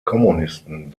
kommunisten